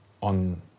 on